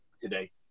today